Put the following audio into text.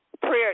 Prayer